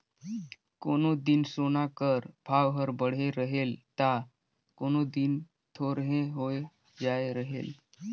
कोनो दिन सोना कर भाव हर बढ़े रहेल ता कोनो दिन थोरहें होए जाए रहेल